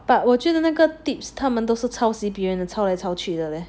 but 我觉得那个 tips 他们都是抄袭别人的抄来抄去的咧